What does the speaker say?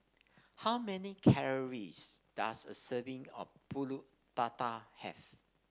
how many calories does a serving of pulut Tatal have